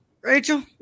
Rachel